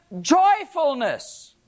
joyfulness